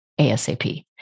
ASAP